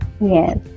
Yes